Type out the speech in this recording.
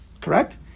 Correct